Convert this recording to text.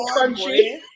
crunchy